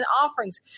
offerings